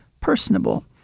personable